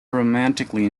romantically